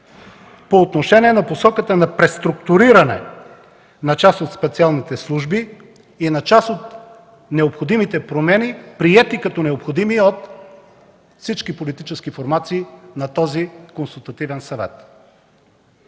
по отношение на посоката на преструктуриране на част от специалните служби и на част от необходимите промени, приети като необходими от всички политически формации на този Консултативен съвет.